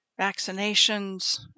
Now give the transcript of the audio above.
vaccinations